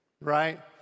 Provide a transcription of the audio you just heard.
right